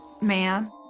man